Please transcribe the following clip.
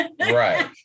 right